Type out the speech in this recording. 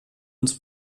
ins